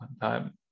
time